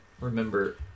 remember